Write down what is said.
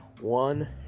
one